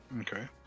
Okay